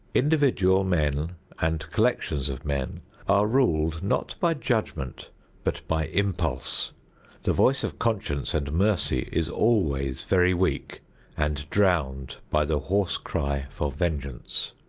individual men and collections of men are ruled not by judgment but by impulse the voice of conscience and mercy is always very weak and drowned by the hoarse cry for vengeance.